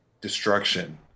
destruction